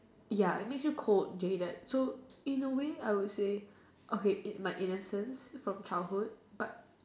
ya it makes you cold jaded so in a way I would say okay my innocence from childhood but